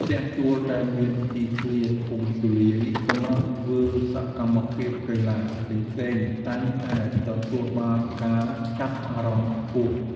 ផ្ទះជួលដែលមានទីធ្លាធំទូលាយសម្រាប់ធ្វើសកម្មភាពកីឡាផ្សេងៗតែងតែទទួលបានការចាប់អារម្មណ៍ខ្ពស់។